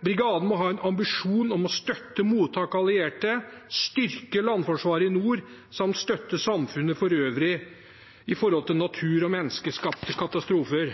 Brigaden må ha en ambisjon om å støtte mottak av allierte, styrke landforsvaret i nord samt støtte samfunnet for øvrig i forbindelse med natur- og menneskeskapte katastrofer.